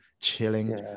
chilling